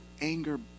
anger